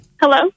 Hello